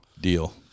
Deal